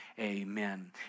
amen